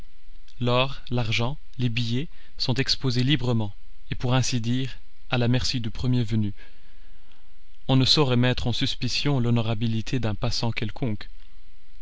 l'or l'argent les billets sont exposés librement et pour ainsi dire à la merci du premier venu on ne saurait mettre en suspicion l'honorabilité d'un passant quelconque